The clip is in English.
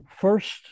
first